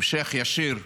המשך ישיר,